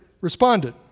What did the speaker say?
responded